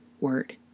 word